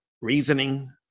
reasoning